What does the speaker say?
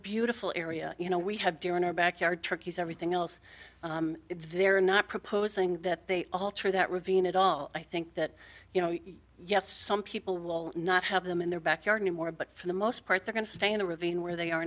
beautiful area you know we have deer in our backyard turkeys everything else they're not proposing that they alter that ravine at all i think that you know yes some people will not have them in their backyard anymore but for the most part they're going to stay in the ravine where they are